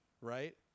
right